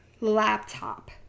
laptop